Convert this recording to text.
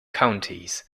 counties